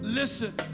Listen